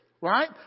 right